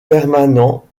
permanents